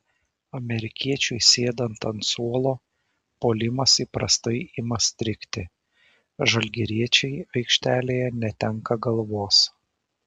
amerikiečiui sėdant ant suolo puolimas įprastai ima strigti žalgiriečiai aikštelėje netenka galvos